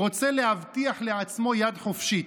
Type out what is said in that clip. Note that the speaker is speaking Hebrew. רוצה להבטיח לו ולעצמו יד חופשית.